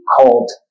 called